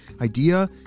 idea